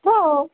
हो